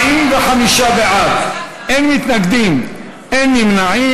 45 בעד, אין מתנגדים, אין נמנעים.